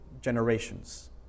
generations